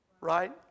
Right